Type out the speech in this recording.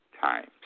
times